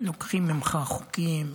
לוקחים ממך חוקים,